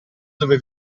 dove